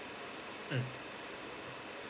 mm